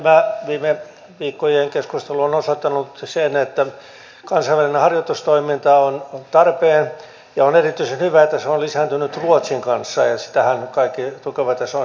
tämä viime viikkojen keskustelu on osoittanut sen että kansainvälinen harjoitustoiminta on tarpeen ja on erityisen hyvä että se on lisääntynyt ruotsin kanssa ja sitähän kaikki tukevat ja se on hyvin tärkeä linjaus